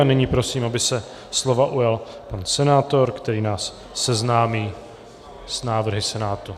A nyní prosím, aby se slova ujal pan senátor, který nás seznámí s návrhy Senátu.